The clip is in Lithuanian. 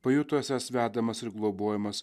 pajuto esąs vedamas ir globojamas